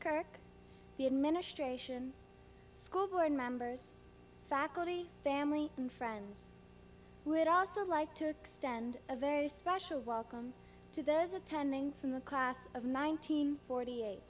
kirk the administration school board members faculty family and friends would also like to extend a very special welcome to those attending from the class of nineteen forty eight